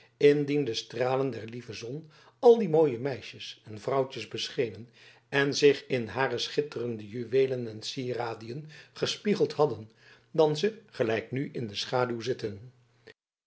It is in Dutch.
de stralen der lieve zon al die mooie meisjes en vrouwtjes beschenen en zich in hare schitterende juweelen en sieradiën gespiegeld hadden dan dat ze gelijk nu in de schaduw zitten